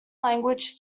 language